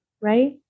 right